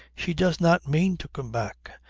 she does not mean to come back.